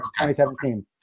2017